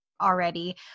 already